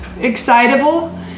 excitable